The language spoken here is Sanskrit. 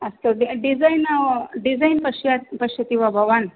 अस्तु ड् डिज़ैन् डिज़ैन् पश्यत् पश्यति वा भवान्